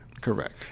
Correct